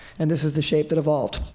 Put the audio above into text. and this is the shape that evolved.